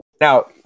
now